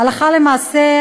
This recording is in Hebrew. הלכה למעשה,